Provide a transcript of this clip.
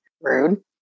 Rude